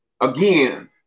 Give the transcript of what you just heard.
again